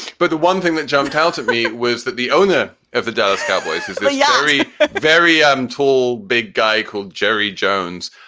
but the one thing that jumped out at me was that the owner of the dallas cowboys is a yeah very very um tall big guy called jerry jones.